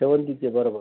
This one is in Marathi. शेवंतीचे बरं बरं